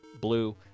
blue